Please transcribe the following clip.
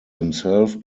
himself